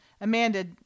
Amanda